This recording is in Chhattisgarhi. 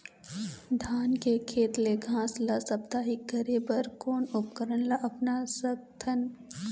धान के खेत ले घास ला साप्ताहिक करे बर कोन उपकरण ला अपना सकथन?